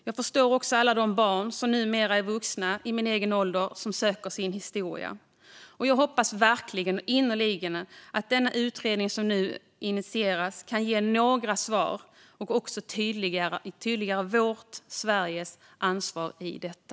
Jag förstår också alla de barn som numera är vuxna, i min egen ålder, och som söker sin historia. Jag hoppas verkligen, innerligen, att den utredning som nu initieras kan ge några svar och också tydliggöra vårt, Sveriges, ansvar i detta.